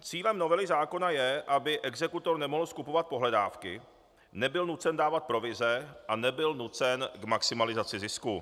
Cílem novely zákona je, aby exekutor nemohl skupovat pohledávky, nebyl nucen dávat provize a nebyl nucen k maximalizaci zisku.